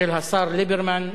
של השר ליברמן,